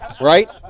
Right